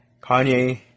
Kanye